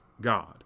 God